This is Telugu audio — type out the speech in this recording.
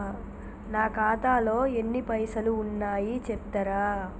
నా ఖాతాలో ఎన్ని పైసలు ఉన్నాయి చెప్తరా?